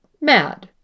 mad